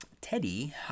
Teddy